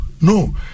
No